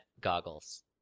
goggles